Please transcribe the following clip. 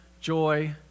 joy